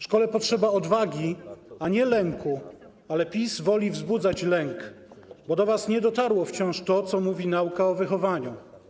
Szkole potrzeba odwagi, a nie lęku, ale PiS woli wzbudzać lęk, bo do was nie dotarło wciąż to, co mówi nauka o wychowaniu.